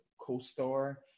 co-star